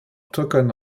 token